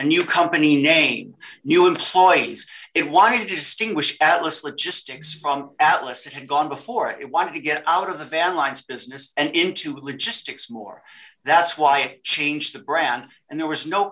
a new company name new employees it why did distinguish atlas logistics from atlas had gone before it wanted to get out of the van lines business and into logistics more that's why it changed the brand and there was no